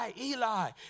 Eli